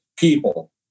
people